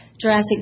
Jurassic